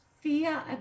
fear